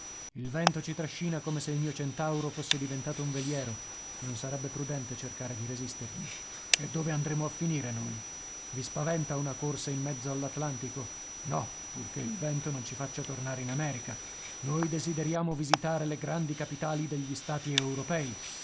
il vento ci trascina come se il mio centauro fosse diventato un veliero e non sarebbe prudente cercare di resistergli e dove andremo a finire noi i spaventa una corsa in mezzo all'atlantico no purché il vento non ci faccia tornare in america noi desideriamo visitare le grandi capitali degli stati europei